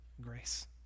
grace